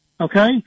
Okay